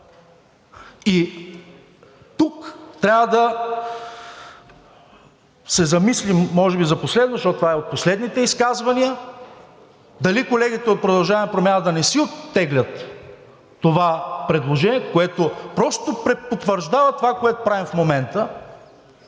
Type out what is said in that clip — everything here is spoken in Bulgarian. Тук трябва да се замислим, може би за последно, защото това е от последните изказвания, дали колегите от „Продължаваме Промяната“ да не си оттеглят това предложение, което просто препотвърждава това, което правим в момента,